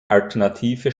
alternative